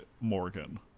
Morgan